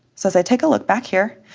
so as i take a look back here,